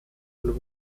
und